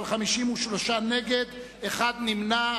53 נגד, אחד נמנע.